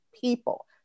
people